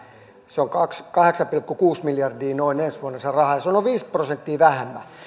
se raha on noin kahdeksan pilkku kuusi miljardia ensi vuonna ja se on noin viisi prosenttia vähemmän